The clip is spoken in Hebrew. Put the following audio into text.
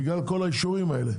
בגלל כל האישורים האלה.